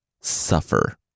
suffer